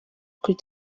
kuri